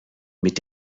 mit